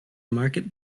market